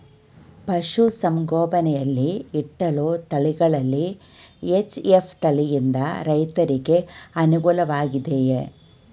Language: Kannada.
ಪಶು ಸಂಗೋಪನೆ ಯಲ್ಲಿ ಇಟ್ಟಳು ತಳಿಗಳಲ್ಲಿ ಎಚ್.ಎಫ್ ತಳಿ ಯಿಂದ ರೈತರಿಗೆ ಅನುಕೂಲ ವಾಗಿದೆಯೇ?